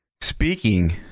Speaking